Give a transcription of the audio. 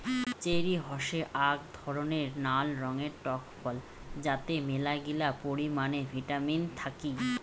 cherry হসে আক ধরণের নাল রঙের টক ফল যাতে মেলাগিলা পরিমানে ভিটামিন থাকি